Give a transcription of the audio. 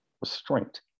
restraint